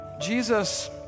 Jesus